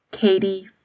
Katie